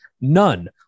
None